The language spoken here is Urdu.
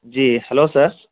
جی ہلو سر